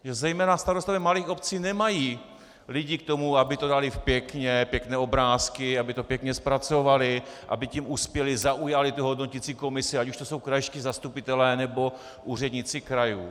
Protože zejména starostové malých obcí nemají lidi k tomu, aby to dali pěkně, pěkné obrázky, aby to pěkně zpracovali, aby tím uspěli, zaujali hodnoticí komisi, ať už to jsou krajští zastupitelé, nebo úředníci krajů.